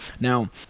Now